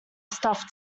stuff